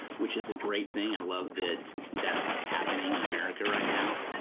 which is a great thing. i love that that's happening in america right now,